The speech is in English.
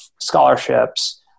scholarships